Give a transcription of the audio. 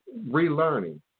relearning